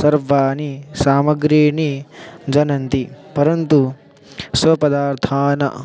सर्वाणि सामग्रीः जानन्ति परन्तु स्वपदार्थान्